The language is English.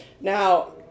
Now